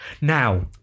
Now